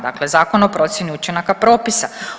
Dakle, Zakona o procjeni učinaka propisa.